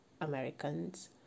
Americans